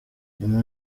nyuma